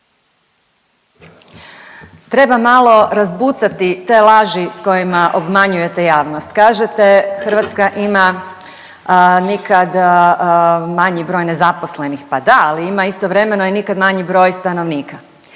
Treba malo razbucati te laži s kojima obmanjujete javnost. Kažete, Hrvatska ima nikad manji broj nezaposlenih, pa da, ali ima istovremeno i nikad manji broj stanovnika.